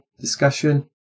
discussion